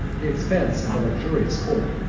the expense of a luxurious court,